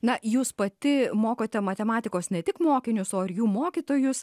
na jūs pati mokote matematikos ne tik mokinius o ir jų mokytojus